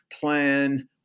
plan